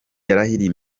yarahiriye